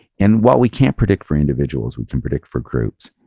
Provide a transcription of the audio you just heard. and while we can't predict for individuals, we can predict for groups.